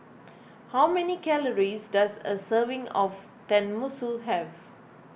how many calories does a serving of Tenmusu have